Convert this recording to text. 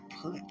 put